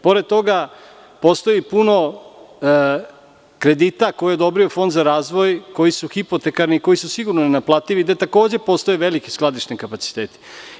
Pored toga, postoji puno kredita koje je odobrio Fond za razvoj, koji su hipotekarni, koji su sigurno nenaplativi, gde takođe postoje veliki skladišni kapaciteti.